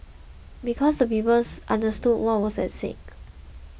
because the people understood what was at stake